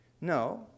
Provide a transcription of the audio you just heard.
No